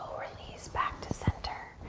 release back to center.